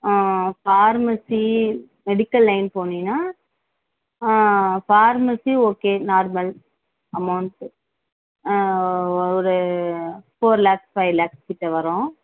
pharmacy medical line போனீன்னா pharmacy okay normal amount ஒரு four lakhs five lakhs கிட்ட வரும்